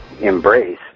embrace